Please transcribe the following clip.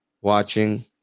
watching